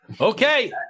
Okay